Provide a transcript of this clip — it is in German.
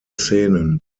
szenen